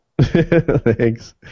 Thanks